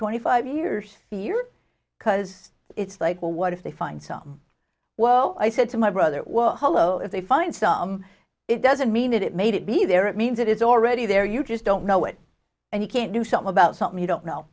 twenty five years fear because it's like well what if they find some well i said to my brother well hello if they find some it doesn't mean that it made it be there it means it is already there you just don't know it and you can't do something about something you don't know